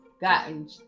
gotten